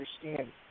understand